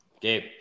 Gabe